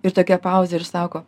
ir tokia pauzė ir sako